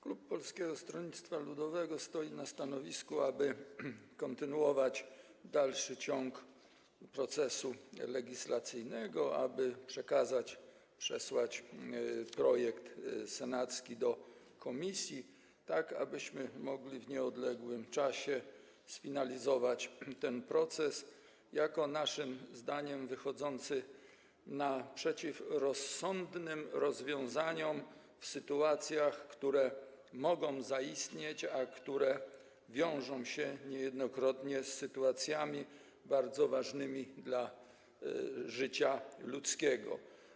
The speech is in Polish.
Klub Polskiego Stronnictwa Ludowego stoi na stanowisku, aby kontynuować proces legislacyjny, aby przekazać, przesłać projekt senacki do komisji, tak abyśmy mogli w nieodległym czasie sfinalizować ten proces jako - naszym zdaniem - wychodzący naprzeciw rozsądnym rozwiązaniom w sytuacjach, które mogą zaistnieć, a które wiążą się niejednokrotnie z sytuacjami bardzo ważnymi dla życia ludzkiego.